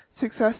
Success